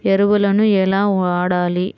ఎరువులను ఎలా వాడాలి?